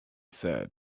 said